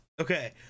Okay